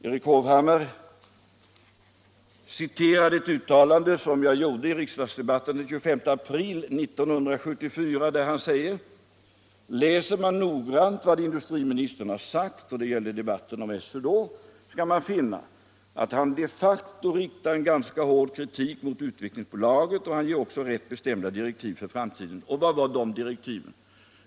Erik Hovhammar återgav från riksdagsdebatten om Svenska Utvecklingsaktiebolaget den 25 april 1974 ett uttalande som jag gjort: "Läser man noggrant vad industriministern har sagt. skall man finna att han de facto riktar en ganska hård krivik mor Utvecklingsaktiebolaget. och han ger också rätt bestämda direktiv för framtiden.” Vad var de direktiven?